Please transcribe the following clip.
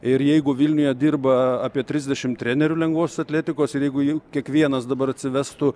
ir jeigu vilniuje dirba apie trisdešimt trenerių lengvosios atletikos ir jeigu jų kiekvienas dabar atsivestų